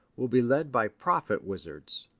will be led by prophet-wizards.